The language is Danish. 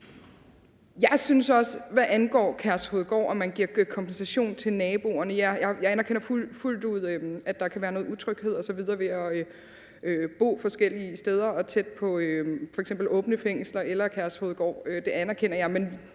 fuldt ud, hvad angår Kærshovedgård, og at man giver kompensation til naboerne, at der kan være noget utryghed osv. ved at bo forskellige steder og tæt på f.eks. åbne fængsler eller Kærshovedgård; det anerkender jeg.